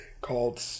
called